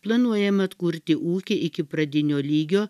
planuojama atkurti ūkį iki pradinio lygio